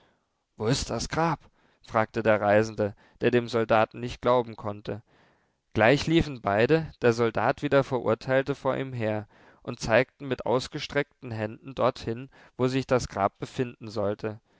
wo ist das grab fragte der reisende der dem soldaten nicht glauben konnte gleich liefen beide der soldat wie der verurteilte vor ihm her und zeigten mit ausgestreckten händen dorthin wo sich das grab befinden sollte